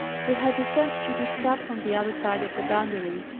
he had discerned judy's cap from the other side of the boundaries,